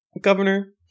governor